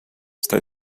está